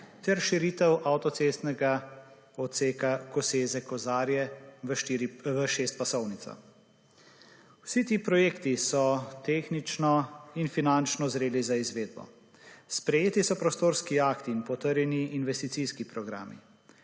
ter širitev avtocestnega odseka Koseze – Kozarje v šestpasovnico. Vsi ti projekti so tehnično in finančno zreli za izvedbo. Sprejeti so prostorski akti in potrjeni investicijski programi.